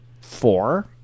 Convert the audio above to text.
four